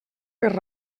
per